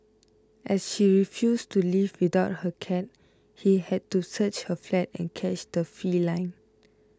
as she refused to leave without her cat he had to search her flat and catch the feline